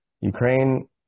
ukraine